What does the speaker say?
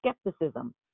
skepticism